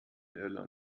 irland